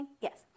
yes